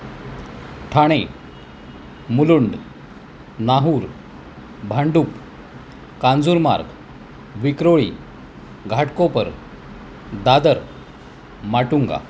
Thane Mulund Nahur Bhandup Kanjurmarg Vikhroli Ghatkopar Dadar Matunga